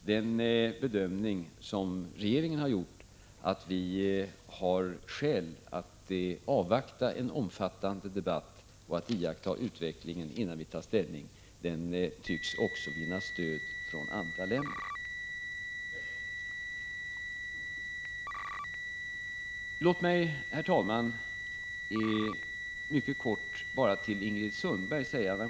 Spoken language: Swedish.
Den bedömning som regeringen har gjort, att vi har skäl att avvakta en omfattande debatt och att iaktta utvecklingen innan vi tar ställning, tycks också vinna stöd från andra länder. Låt mig, herr talman, mycket kort säga några ord till Ingrid Sundberg.